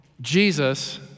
Jesus